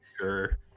Sure